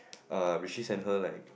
uh send her like